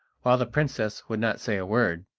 while the princess would not say a word,